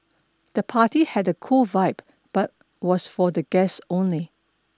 the party had a cool vibe but was for the guests only